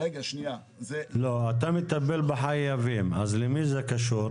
אתה מטפל בחייבים, אז למי זה קשור?